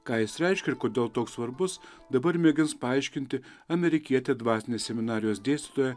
ką jis reiškia ir kodėl toks svarbus dabar mėgins paaiškinti amerikietė dvasinės seminarijos dėstytoja